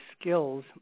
skills